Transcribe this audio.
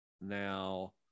Now